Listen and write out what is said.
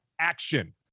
ACTION